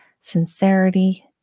sincerity